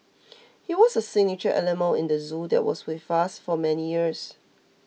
he was a signature animal in the zoo that was with for many years